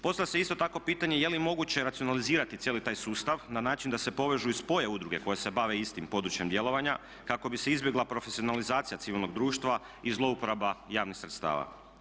Postavlja se isto tako pitanje je li moguće racionalizirati cijeli taj sustav na način da se povežu i spoje udruge koje se bave istim područjem djelovanja kako bi se izbjegla profesionalizacija civilnog društva i zlouporaba javnih sredstava.